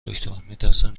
دکتر، میترسم